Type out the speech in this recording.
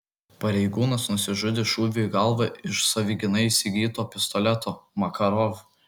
pareigūnas nusižudė šūviu į galvą iš savigynai įsigyto pistoleto makarov